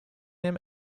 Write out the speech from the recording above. them